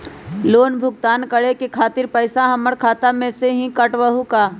Loan भुगतान करे के खातिर पैसा हमर खाता में से ही काटबहु का?